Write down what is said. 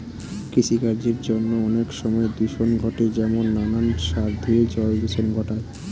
কৃষিকার্যের জন্য অনেক সময় দূষণ ঘটে যেমন নানান সার ধুয়ে জল দূষণ ঘটায়